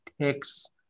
takes